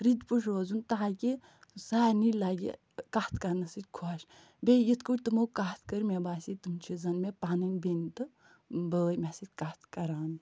رٕتۍ پٲٹھۍ روزُن تاکہِ سارِنٕے لَگہِ کَتھ کَرنہٕ سۭتۍ خۄش بیٚیہِ یِتھٕ پٲٹھۍ تِمَو کَتھ کٔر مےٚ باسیٚے تِم چھِ زَن مےٚ پَنٕنۍ بیٚنہِ تہٕ بٲے مےٚ سۭتۍ کَتھ کَران